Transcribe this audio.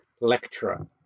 lecturer